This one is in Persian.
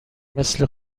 مثل